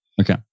Okay